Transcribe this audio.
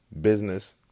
business